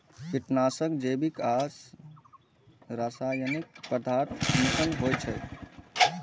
कीटनाशक जैविक आ रासायनिक पदार्थक मिश्रण होइ छै